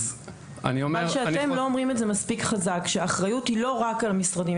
חבל שאתם לא אומרים את זה מספיק חזק שהאחריות היא לא רק על המשרדים.